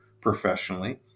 professionally